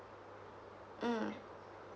mm